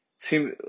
seem